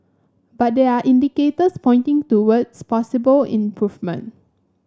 but there are indicators pointing towards possible improvement